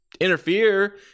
interfere